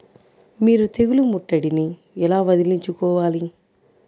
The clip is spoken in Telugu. మీరు తెగులు ముట్టడిని ఎలా వదిలించుకోవాలి?